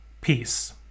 Peace